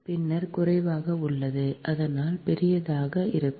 பின்னர் குறைவாக உள்ளது அதனால் பெரியதாக இருக்கும்